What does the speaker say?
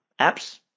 apps